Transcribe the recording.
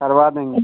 करवा देंगे